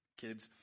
kids